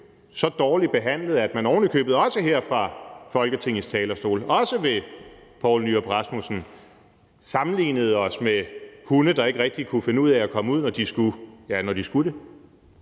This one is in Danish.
så dårligt behandlet, at man ovenikøbet også her fra Folketingets talerstol, også fra hr. Poul Nyrup Rasmussens side, sammenlignede os med hunde, der ikke rigtig kunne finde ud af at komme ud, når de skulle det